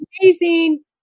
Amazing